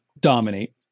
dominate